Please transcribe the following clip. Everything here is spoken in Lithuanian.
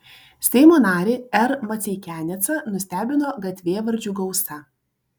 seimo narį r maceikianecą nustebino gatvėvardžių gausa